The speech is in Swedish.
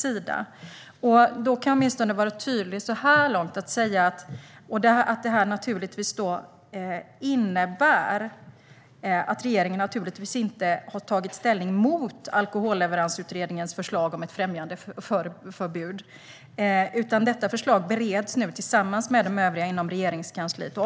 Så här långt kan jag vara tydlig med att detta innebär att regeringen inte har tagit ställning mot Alkoholleveransutredningens förslag om ett främjandeförbud. Förslaget bereds nu tillsammans med de övriga inom Regeringskansliet.